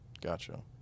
Gotcha